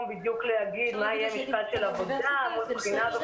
בדיוק להגיד מה יהיה המשקל של עבודה מול בחינה.